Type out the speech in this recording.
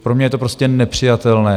Pro mě je to prostě nepřijatelné.